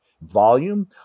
volume